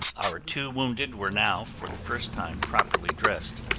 our two wounded were now, for the first time, properly dressed.